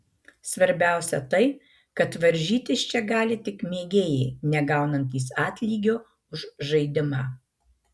svarbiausia tai kad varžytis čia gali tik mėgėjai negaunantys atlygio už žaidimą